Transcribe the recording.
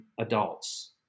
adults